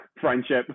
friendship